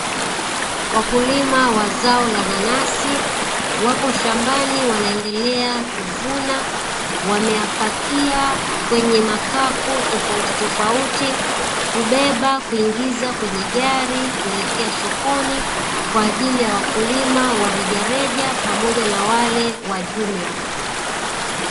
Wakulima wa zao la nanasi wapo shambani wanaendelea kuvuna, wameyapakia kwenye makapu tofautitofauti, kubeba kuingiza kwenye gari kuelekea sokoni. Kwa ajili ya wakulima wa rejereja pamoja na wale wa jumla.